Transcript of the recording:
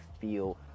feel